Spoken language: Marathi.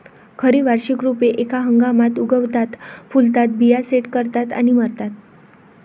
खरी वार्षिक रोपे एका हंगामात उगवतात, फुलतात, बिया सेट करतात आणि मरतात